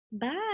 Bye